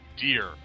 dear